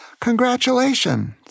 congratulations